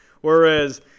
Whereas